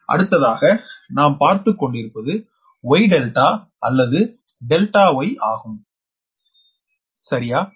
அடுத்ததாக நாம் பார்த்துக்கொண்டிருப்பது Y ∆or ∆ Y ஆகும்சரியா